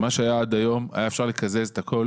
מה שהיה עד היום זה שהיה אפשר לקזז את הכל